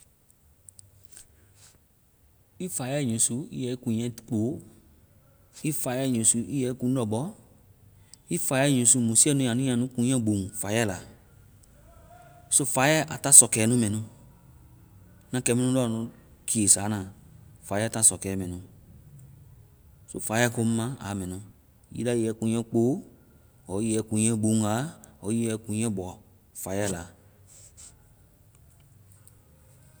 Ii faiyɛ usu ii yɛ ii kunŋɛ kpo. Ii faiyɛ yusu ii yɛ ii kuŋndɔ bɔ, ii faiyɛ usu musiiɛ nu a nu ya nu kuŋɛ buŋ faiyɛ la. So faiyɛ, aa ta sɔkɛ nu mɛ nu. Ŋna kɛmu lɔ kii saana, faiyɛ ta sɔkɛ mɛ nu. Faiyɛ komu ma, aa mɛ nu. Either ii yɛ ii kunŋɛ kpo ɔɔ ii yɛ ii kunŋɛ buŋ wa ɔɔ ii yɛ ii kunŋ bɔ faiyɛ la.